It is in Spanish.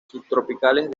subtropicales